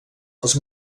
als